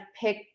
pick